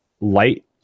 light